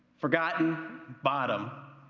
forgotten bottom.